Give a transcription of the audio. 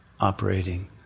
operating